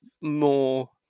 more